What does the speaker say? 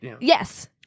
Yes